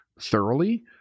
thoroughly